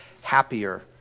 happier